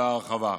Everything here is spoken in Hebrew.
בהרחבה,